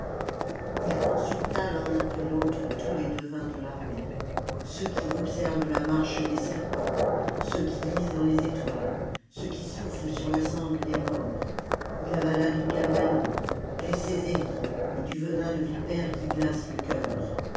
ii consulta l'un après l'autre tous les devins de l'armée ceux qui observent la marche des serpents ceux qui lisent dans les étoiles ceux qui soufflent sur la cendre des morts ii avala du galbanum du seseli et du enin de vipère qui glace le cœur